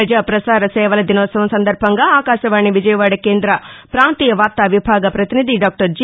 ప్రజా ప్రసార సేవల దినోత్సవం సందర్భంగా ఆకాశవాణి విజయవాడ కేంద్రం ప్రాంతీయ వార్తా విభాగ పతినిధి డాక్టర్ జి